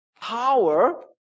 power